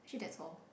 actually that's all